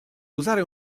usare